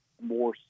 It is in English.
more